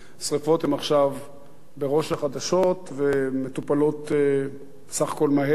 ועכשיו הן בראש החדשות ומטופלות בסך הכול מהר,